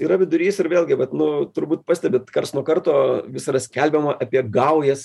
yra vidurys ir vėlgi vat nu turbūt pastebit karts nuo karto vis yra skelbiama apie gaujas